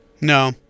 No